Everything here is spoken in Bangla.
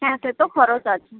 হ্যাঁ সে তো খরচ আছে